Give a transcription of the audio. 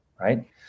right